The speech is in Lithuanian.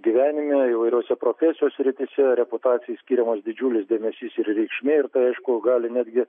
gyvenime įvairiose profesijos srityse reputacijai skiriamas didžiulis dėmesys ir reikšmė ir tai aišku gali netgi